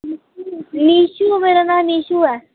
निशु मेरा नांऽ निशु ऐ